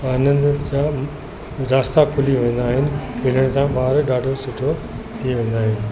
आनंद जा रास्ता खुली वेंदा आहिनि खेलण सां ॿार ॾाढो सुठो थी वेंदा आहिनि